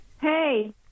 Hey